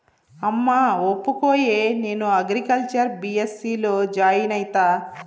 అమ్మా ఒప్పుకోయే, నేను అగ్రికల్చర్ బీ.ఎస్.సీ లో జాయిన్ అయితా